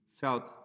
felt